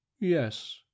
yes